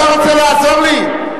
אתה רוצה לעזור לי?